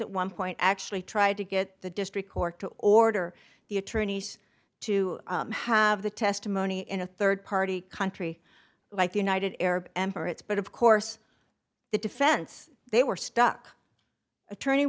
at one point actually tried to get the district court to order the attorneys to have the testimony in a rd party country like the united arab emirates but of course the defense they were stuck attorney